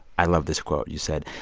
i love this quote. you said,